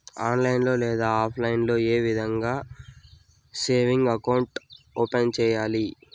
online లో లేదా offline లో ఏ విధంగా సేవింగ్ అకౌంట్ ఓపెన్ సేయాలి